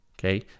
Okay